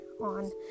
on